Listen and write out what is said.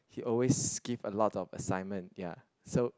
he always give a lot of assignment ya so